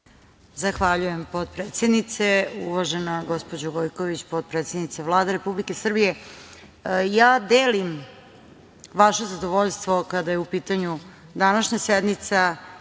Zahvaljujem, potpredsednice. Uvažena gospođo Gojković, potpredsednice Vlade Republike Srbije, ja delim vaše zadovoljstvo kada je u pitanju današnja sednica